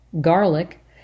garlic